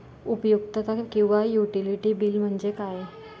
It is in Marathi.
उपयुक्तता किंवा युटिलिटी बिल म्हणजे काय?